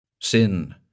Sin